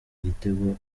igitego